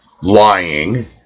lying